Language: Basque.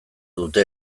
dute